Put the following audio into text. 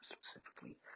specifically